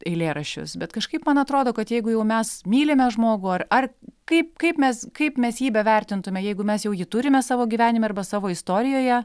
eilėraščius bet kažkaip man atrodo kad jeigu jau mes mylime žmogų ar ar kaip kaip mes kaip mes jį bevertintume jeigu mes jau jį turime savo gyvenime arba savo istorijoje